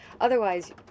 otherwise